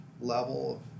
level